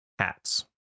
Hats